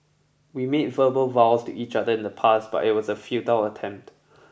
we made verbal vows to each other in the past but it was a futile attempt